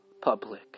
public